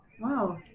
Wow